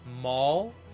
mall